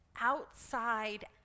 outside